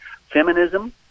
Feminism